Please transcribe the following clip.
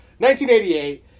1988